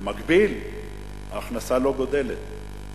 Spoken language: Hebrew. במקביל, ההכנסה לא גדלה.